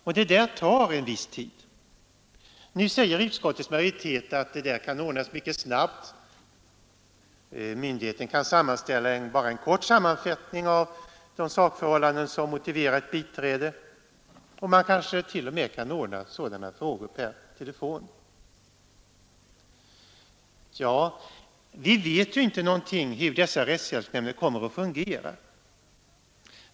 Och det tar en viss tid. Nu säger utskottets majoritet att denna sak kan ordnas mycket snabbt. Myndigheten kan göra en kort sammanställning av de sakförhållanden som motiverar ett biträde. Sådana frågor kanske t.o.m. kan ordnas per telefon. Vi vet emellertid inte hur dessa rättshjälpsnämnder kommer att fungera.